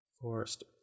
Forest